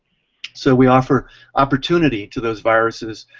so we offer opportunity to those viruses,